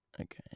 Okay